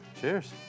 Cheers